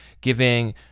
giving